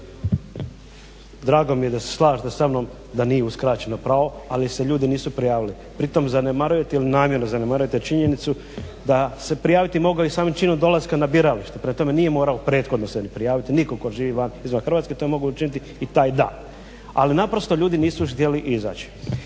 Drago mi je da se slažete sa mnom da nije uskraćeno pravo ali se ljudi nisu prijavili. Pritom zanemarujete ili namjerno zanemarujete činjenicu da se prijaviti mogu i samim činom dolaska na biralište, dakle nije moralo se prethodno se prijaviti nitko tko živi van Hrvatske. To mogu učiniti i taj dan. Ali naprosto ljudi nisu htjeli izaći.